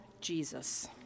Jesus